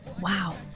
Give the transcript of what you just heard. wow